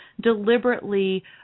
deliberately